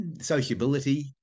sociability